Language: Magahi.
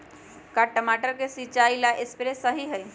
का टमाटर के सिचाई ला सप्रे सही होई?